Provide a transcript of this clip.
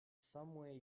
somewhere